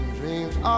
dreams